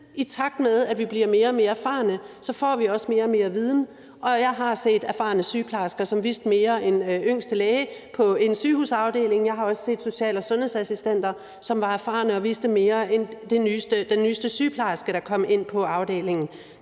i takt med at vi bliver mere og mere erfarne, får vi også mere og mere viden, og jeg har set erfarne sygeplejersker, som vidste mere end den yngste læge på en sygehusafdeling, og jeg har også set social- og sundhedsassistenter, som var erfarne, og som vidste mere end den nyeste sygeplejerske, der var kommet ind på afdelingen.